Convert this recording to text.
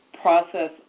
process